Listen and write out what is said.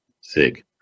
Sig